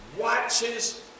watches